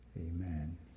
amen